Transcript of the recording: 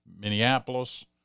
Minneapolis